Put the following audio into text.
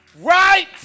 right